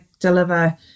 deliver